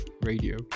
Radio